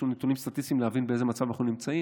נתונים סטטיסטיים ולהבין באיזה מצב אנחנו נמצאים.